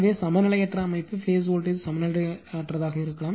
எனவே சமநிலையற்ற அமைப்பு பேஸ் வோல்டேஜ் சமநிலையற்றதாக இருக்கலாம்